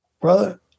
brother